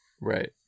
Right